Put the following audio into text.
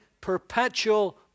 perpetual